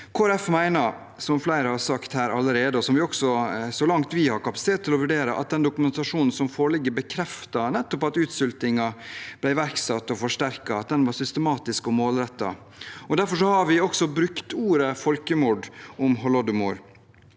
så langt vi har kapasitet til å vurdere, at den dokumentasjonen som foreligger, bekrefter nettopp at utsultingen ble iverksatt og forsterket, at den var systematisk og målrettet. Derfor har vi også brukt ordet folkemord om holodomor.